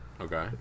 Okay